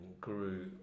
grew